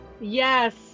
Yes